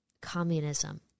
communism